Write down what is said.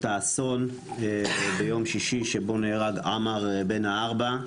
האסון ביום שישי בו נהרג עמאר בן הארבע,